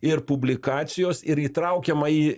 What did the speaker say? ir publikacijos ir įtraukiama į